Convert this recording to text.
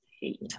hate